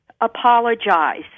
apologize